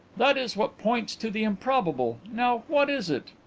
that is what points to the improbable. now what is it?